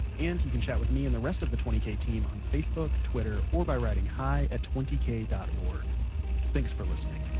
and you can chat with me and the rest of the twenty k team on facebook, twitter, or by writing hi at twenty k dot org thanks for listening!